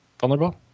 vulnerable